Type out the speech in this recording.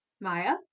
Maya